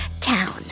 town